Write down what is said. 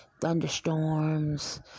thunderstorms